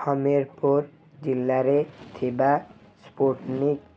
ହମୀରପୁର ଜିଲ୍ଲାରେ ଥିବା ସ୍ପୁଟନିକ୍